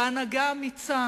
בהנהגה האמיצה